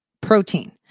protein